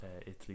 Italy